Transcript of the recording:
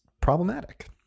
problematic